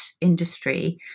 industry